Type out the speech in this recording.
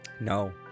No